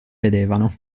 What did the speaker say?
vedevano